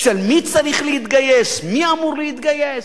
של מי צריך להתגייס, מי אמור להתגייס.